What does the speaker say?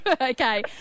Okay